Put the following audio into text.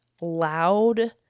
loud